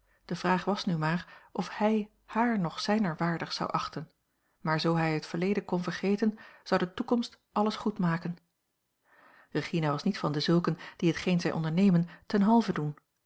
de vraag was nu maar of hij haar nog zijner waardig zou achten maar zoo hij het verleden kon vergeten zou de toekomst alles goed maken regina was niet van dezulken die hetgeen zij ondernemen ten halve doen